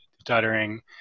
stuttering